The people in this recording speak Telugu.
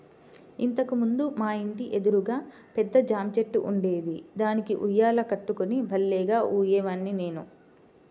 ఇంతకు ముందు మా ఇంటి ఎదురుగా పెద్ద జాంచెట్టు ఉండేది, దానికి ఉయ్యాల కట్టుకుని భల్లేగా ఊగేవాడ్ని నేను